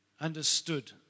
understood